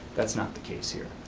that's not the case here.